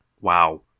wow